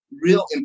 real